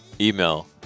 Email